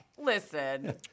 Listen